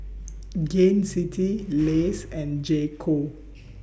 Gain City Lays and J Co